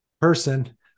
person